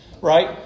right